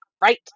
right